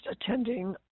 attending